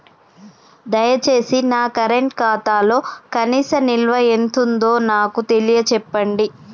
దయచేసి నా కరెంట్ ఖాతాలో కనీస నిల్వ ఎంతుందో నాకు తెలియచెప్పండి